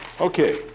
Okay